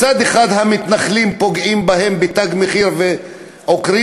מצד אחד המתנחלים פוגעים בהם ב"תג מחיר" ועוקרים